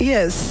Yes